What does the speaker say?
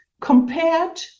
compared